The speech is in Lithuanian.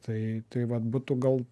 tai tai vat būtų gal